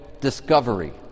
discovery